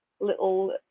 little